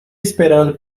esperando